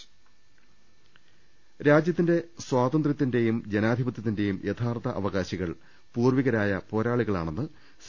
രുട്ട്ട്ട്ട്ട്ട്ട്ട്ട രാജ്യത്തിന്റെ സ്വാതന്ത്ര്യത്തിന്റെയും ജനാധിപത്യത്തിന്റെയും യഥാർത്ഥ അവകാശികൾ പൂർവ്വികരായ പോരാളികളാണെന്ന് സി